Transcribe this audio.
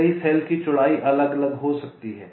कई सेल की चौड़ाई अलग अलग हो सकती है